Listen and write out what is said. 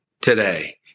today